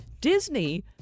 Disney